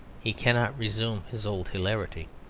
he cannot resume his old hilarity.